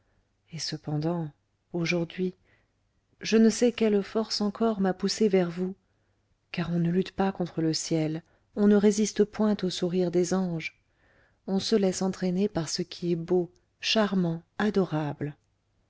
et cependant aujourd'hui je ne sais quelle force encore m'a poussé vers vous car on ne lutte pas contre le ciel on ne résiste point au sourire des anges on se laisse entraîner par ce qui est beau charmant adorable